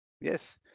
Yes